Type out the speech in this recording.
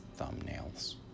thumbnails